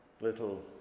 little